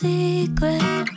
Secret